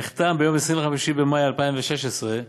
נחתם, ביום 25 במאי 2016,